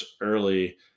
early